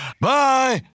bye